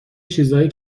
چیزایی